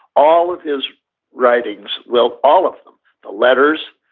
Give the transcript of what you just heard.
all of his writings, well, all of them, the letters,